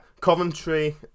Coventry